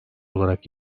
olarak